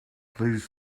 please